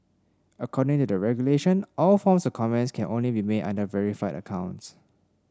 according to the regulation all forms of comments can only be made under verified accounts